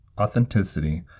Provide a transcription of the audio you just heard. authenticity